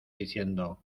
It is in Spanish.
diciendo